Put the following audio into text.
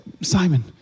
Simon